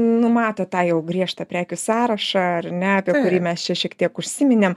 numato tą jau griežtą prekių sąrašą ar ne apie kurį mes čia šiek tiek užsiminėm